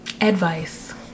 Advice